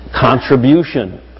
contribution